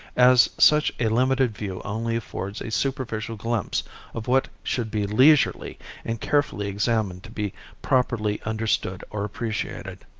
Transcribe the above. as such a limited view only affords a superficial glimpse of what should be leisurely and carefully examined to be properly understood or appreciated.